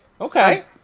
Okay